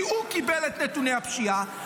כי הוא קיבל את נתוני הפשיעה,